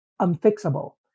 unfixable